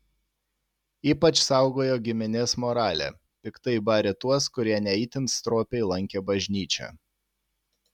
ypač saugojo giminės moralę piktai barė tuos kurie ne itin stropiai lankė bažnyčią